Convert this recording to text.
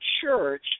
church